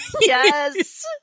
Yes